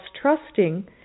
trusting